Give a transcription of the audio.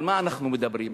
על מה אנחנו מדברים?